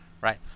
right